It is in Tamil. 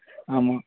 ஆமாம்